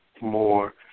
more